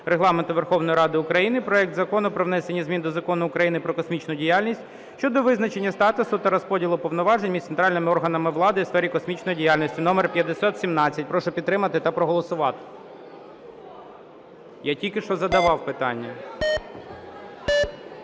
Регламенту Верховної Ради України проект Закону про внесення змін до Закону України "Про космічну діяльність" щодо визначення статусу та розподілу повноважень між центральними органами влади у сфері космічної діяльності (№ 5017). Прошу підтримати та проголосувати. (Шум у залі) Я тільки що задавав питання.